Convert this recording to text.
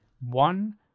one